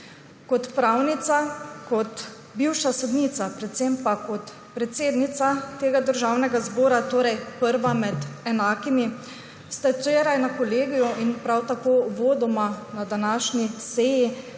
Kot pravnica, kot bivša sodnica, predvsem pa kot predsednica Državnega zbora, torej prva med enakimi, ste včeraj na kolegiju in prav tako uvodoma na današnji seji